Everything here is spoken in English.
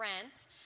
rent